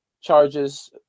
charges